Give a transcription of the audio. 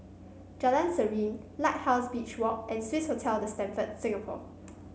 Jalan Serene Lighthouse Beach Walk and Swissotel The Stamford Singapore